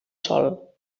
sol